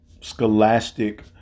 scholastic